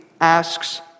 asks